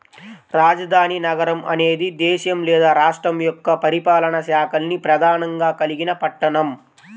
రాజధాని నగరం అనేది దేశం లేదా రాష్ట్రం యొక్క పరిపాలనా శాఖల్ని ప్రధానంగా కలిగిన పట్టణం